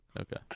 Okay